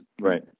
Right